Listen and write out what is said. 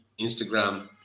instagram